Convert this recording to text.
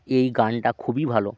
এই গানটা খুবই ভালো